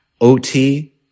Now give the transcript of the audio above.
OT